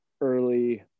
early